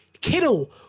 Kittle